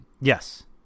Yes